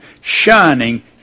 shining